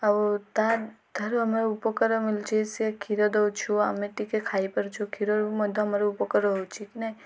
ଆଉ ତା'ଠାରୁ ଆମେ ଉପକାର ମିଳୁଛି ସେଏ କ୍ଷୀର ଦେଉଛୁ ଆମେ ଟିକେ ଖାଇପାରୁଛୁ କ୍ଷୀରରୁ ମଧ୍ୟ ଆମର ଉପକାର ହେଉଛି କି ନାହିଁ